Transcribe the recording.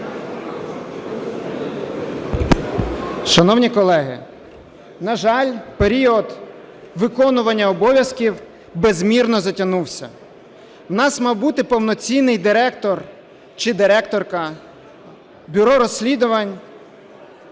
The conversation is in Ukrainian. Шановні колеги, на жаль, період виконування обов'язків безмірно затягнувся. У нас мав бути повноцінний Директор, чи директорка, бюро розслідувань